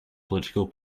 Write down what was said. political